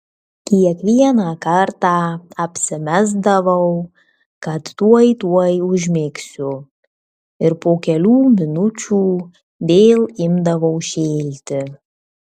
kiekvieną kartą apsimesdavau kad tuoj tuoj užmigsiu ir po kelių minučių vėl imdavau šėlti